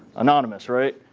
anonymous, right?